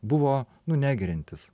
buvo nu negeriantis